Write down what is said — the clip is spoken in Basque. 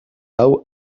hau